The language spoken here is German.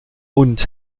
und